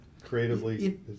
creatively